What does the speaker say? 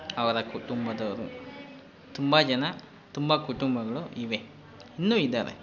ಅವರ ಕುಟುಂಬದವರು ತುಂಬ ಜನ ತುಂಬ ಕುಟುಂಬಗಳು ಇವೆ ಇನ್ನೂ ಇದಾವೆ